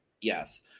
Yes